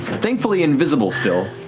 thankfully invisible still.